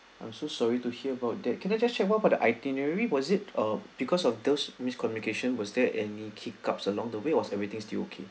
I'm so sorry to hear about that can I just check what about the itinerary was it uh because of those miscommunication was there any hiccups along the way or everything still okay